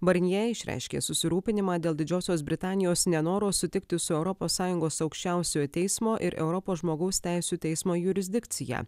barnje išreiškė susirūpinimą dėl didžiosios britanijos nenoro sutikti su europos sąjungos aukščiausiojo teismo ir europos žmogaus teisių teismo jurisdikciją